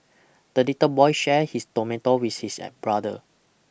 the little boy share his tomato with his brother